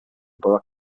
borough